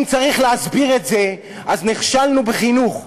אם צריך להסביר את זה, אז נכשלנו בחינוך,